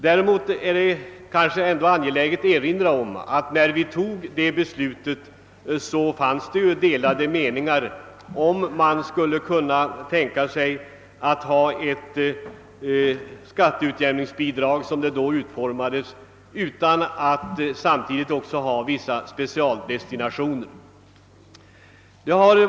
Däremot är det kanske angeläget att erinra om att när vi fattade beslutet förelåg delade meningar om huruvida man skulle kunna tänka sig ett skatteutjämningsbidrag av detta slag utan att samtidigt ha vissa specialdestinationer.